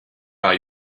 are